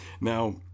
Now